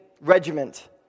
regiment